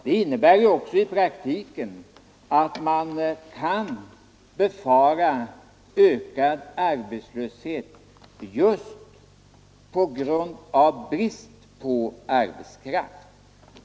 Det innebär i praktiken att man kan befara ökad arbetslöshet just på grund av brist på arbetskraft.